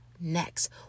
Next